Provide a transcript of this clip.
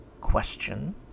question